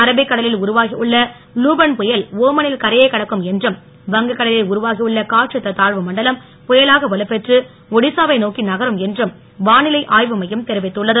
அரபிக்கடலில் உருவாகி உள்ள லூபன் புயல் ஒமனில் கரையைக் கடக்கும் என்றும் வங்ககடலில் உருவாகி உள்ள காற்றழுத்த தாழ்வு மண்டலம் புயலாக வலுப்பெற்று ஒடிசாவை நோக்கி நகரும் என்றும் வானிலை ஆய்வு மையம் தெரிவித்துள்ளது